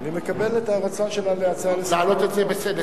אני מקבל את הרצון שלה להצעה לסדר-היום.